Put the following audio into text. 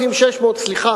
4,600. 4,600, סליחה.